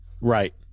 right